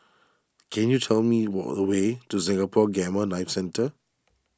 can you tell me the way to Singapore Gamma Knife Centre